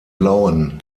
blauen